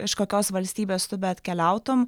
iš kokios valstybės tu beatkeliautum